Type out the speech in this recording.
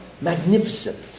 Magnificent